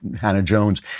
Hannah-Jones